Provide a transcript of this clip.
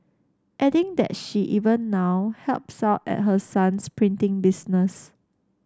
adding that she even now helps out at her son's printing business